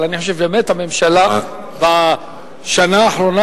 אבל אני חושב שבאמת הממשלה בשנה האחרונה